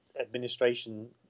administration